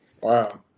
Wow